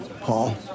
Paul